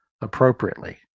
appropriately